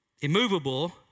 immovable